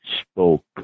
spoke